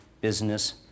business